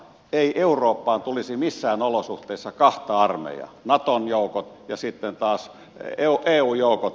ei eurooppaan tulisi missään olosuhteissa kahta armeijaa naton joukot ja sitten taas eu joukot